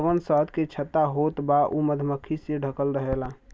जवन शहद के छत्ता होत बा उ मधुमक्खी से ढकल रहेला